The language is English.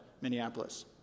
Minneapolis